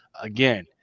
again